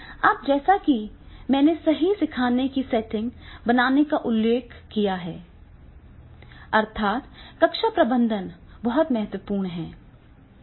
अब जैसा कि मैंने सही सीखने की सेटिंग्स बनाने का उल्लेख किया है अर्थात कक्षा प्रबंधन बहुत महत्वपूर्ण है